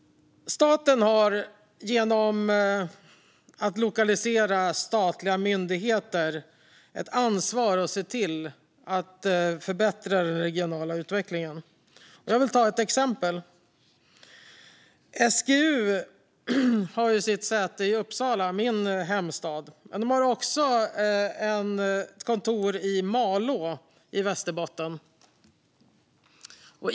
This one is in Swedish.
Staten har genom att utlokalisera statliga myndigheter ett ansvar att se till att förbättra den regionala utvecklingen. Jag vill ge ett exempel. SGU har sitt säte i Uppsala, min hemstad, men de har också ett kontor i Malå i Västerbotten.